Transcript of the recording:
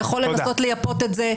אתה יכול לנסות ליפות את זה,